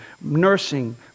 nursing